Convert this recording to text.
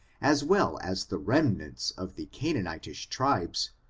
as well as the rem nauts of the canaanitish tribes,